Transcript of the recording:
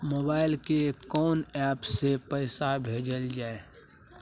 Mobile के कोन app से पैसा भेजल जाए?